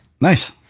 Nice